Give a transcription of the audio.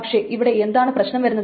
പക്ഷെ ഇവിടെ എന്താണ് പ്രശ്നം വരുന്നത്